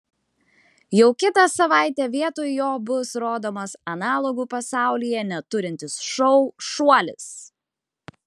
jau kitą savaitę vietoj jo bus rodomas analogų pasaulyje neturintis šou šuolis